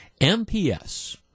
MPS